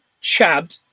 Chad